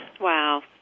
Wow